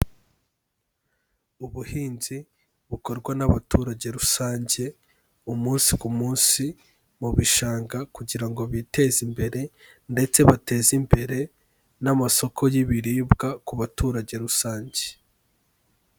Ubuhinzi bukorwa n'abaturage rusange umunsi ku munsi mu bishanga kugira ngo biteze imbere ndetse bateze imbere n'amasoko y'ibiribwa ku baturage rusange.